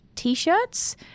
t-shirts